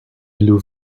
blue